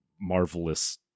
marvelous